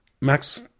max